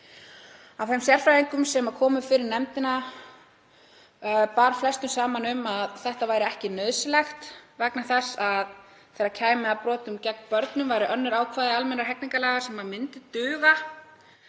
Flestum sérfræðingum sem komu fyrir nefndina bar saman um að þetta væri ekki nauðsynlegt vegna þess að þegar kæmi að brotum gegn börnum myndu önnur ákvæði almennra hegningarlaga duga